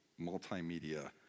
multimedia